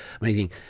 amazing